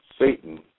Satan